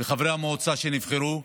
חברי המועצה שנבחרו.